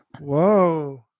Whoa